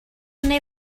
neu